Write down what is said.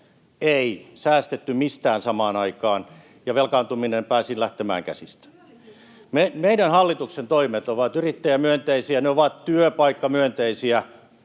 eikä säästetty mistään samaan aikaan, ja velkaantuminen pääsi lähtemään käsistä. [Vasemmalta: Työllisyys nousi!] Meidän hallituksen toimet ovat yrittäjämyönteisiä. Ne ovat työpaikkamyönteisiä.